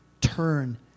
turn